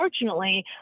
unfortunately